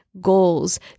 goals